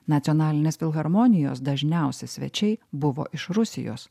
nacionalinės filharmonijos dažniausi svečiai buvo iš rusijos